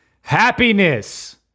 Happiness